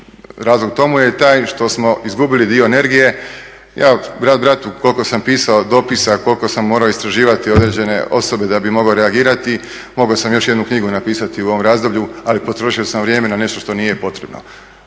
razlog tomu je taj što smo izgubili dio energije. Ja, brat bratu, koliko sam pisao dopisa, koliko sam moram istraživati određene osobe da bih mogao reagirati, mogao sam još jednu knjigu napisati u ovom razdoblju, ali potrošio sam vrijeme na nešto što nije potrebno.